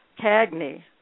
Cagney